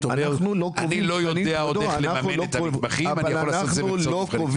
כבודו, אנחנו לא קובעים תקנים.